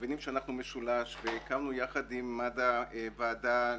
מבינים שאנחנו משולש והקמנו יחד עם מד"א ועדה